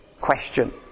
question